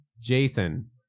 Jason